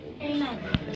Amen